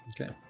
Okay